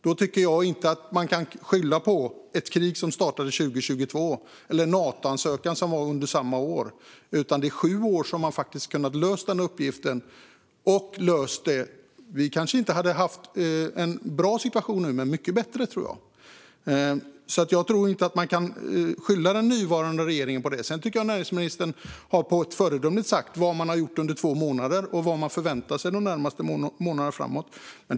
Jag tycker inte att man kan skylla på ett krig som startade 2022 eller på Natoansökan under samma år. Under sju år hade man kunnat lösa uppgiften, och då hade situationen kanske inte varit bra nu men mycket bättre. Jag tycker inte att man kan skylla det här på den nuvarande regeringen. Näringsministern har på ett föredömligt sätt sagt vad man har gjort under två månader och vad man förväntar sig framöver de närmaste månaderna.